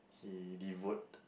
he devote